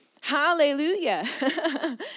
Hallelujah